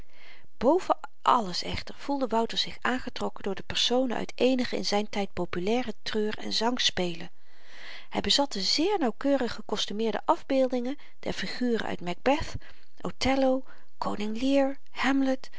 alles echter voelde wouter zich aangetrokken door de personen uit eenige in zyn tyd populaire treur en zangspelen hy bezat de zeer nauwkeurig gekostumeerde afbeeldingen der figuren uit macbeth othello koning lear hamlet